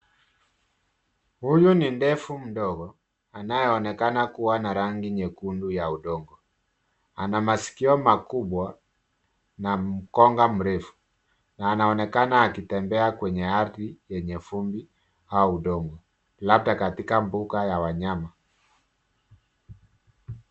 Huyu ni ndovu mdogo anayeonekana kua na rangi nyekundu ya udongo, ana maskio makubwa na mkonga mrefu na anaonekana akitembea kwenye ardhi yenye vumbi au udongo labda katika mbuga ya wanyama.